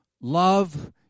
Love